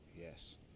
Yes